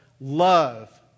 love